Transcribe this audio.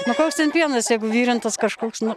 nu koks ten pienas jeigu virintas kažkoks nu